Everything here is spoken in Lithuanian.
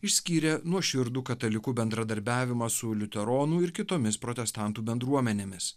išskyrė nuoširdų katalikų bendradarbiavimą su liuteronų ir kitomis protestantų bendruomenėmis